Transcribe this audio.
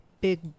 big